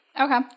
okay